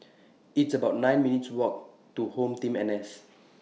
It's about nine minutes' Walk to HomeTeam N S